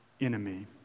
enemy